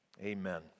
Amen